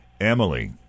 Emily